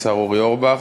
השר אורי אורבך.